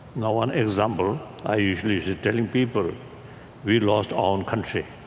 now one example, i usually usually telling people we lost our own country,